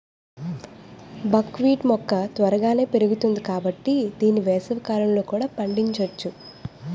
బక్ wheat మొక్క త్వరగానే పెరుగుతుంది కాబట్టి దీన్ని వేసవికాలంలో కూడా పండించొచ్చు